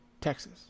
Texas